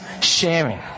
sharing